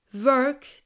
work